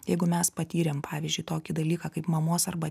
jeigu mes patyrėm pavyzdžiui tokį dalyką kaip mamos arba